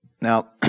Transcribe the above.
Now